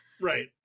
Right